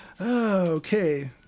okay